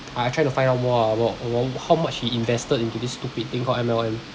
I try to find out more ah more about how much he invested in this stupid thing called M_L_M